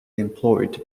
employed